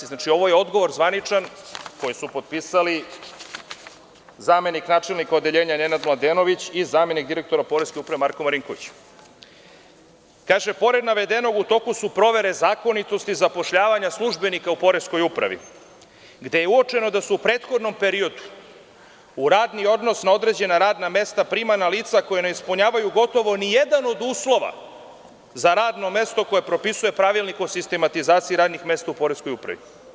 Ovo je zvaničan odgovor koji su potpisali zamenik načelnika odeljenja Nenad Mladenović i zamenik direktora poreske uprave Marko Marinković: „Pored navedenog, u toku su provere zakonitosti zapošljavanja službenika u poreskoj upravi, gde je uočeno da su u prethodnom periodu u radni odnos na određena radna mesta primana lica koja ne ispunjavaju gotovo nijedan od uslova za radno mesto koje propisuje pravilnik o sistematizaciji radnih mesta u poreskoj upravi.